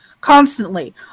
constantly